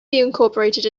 incorporated